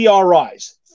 TRIs